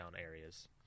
areas